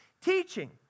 teaching